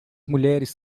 mulheres